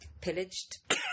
Pillaged